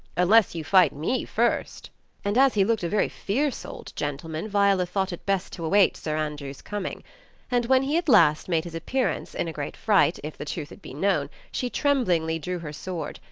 unless you fight me first and as he looked a very fierce old gentleman, viola thought it best to await sir andrew's coming and when he at last made his appearance, in a great fright, if the truth had been known, she trem blingly drew her sword,